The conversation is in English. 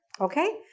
Okay